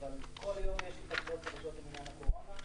אבל כל יום יש התפתחויות חדשות בעניין הקורונה.